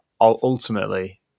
ultimately